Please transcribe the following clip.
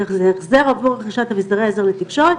שזה החזר עבור רכישת אביזרי עזר לתקשורת,